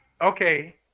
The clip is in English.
okay